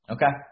Okay